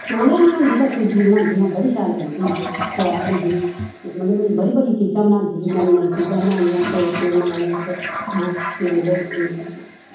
चौलें बी होंदी व सूज्जी दी बनांदी ही अऊं बड़ी शैल बनदी ही ओह् सोआद होंदी ही ते मतलव मड़ी बड़ियां चीजां बनांदी ही नमीं नमीं चीजां बनानियां कोवते बनाने हैं ते मतलव